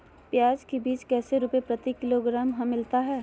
प्याज के बीज कैसे रुपए प्रति किलोग्राम हमिलता हैं?